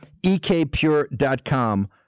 ekpure.com